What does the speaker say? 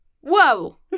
Whoa